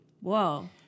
Whoa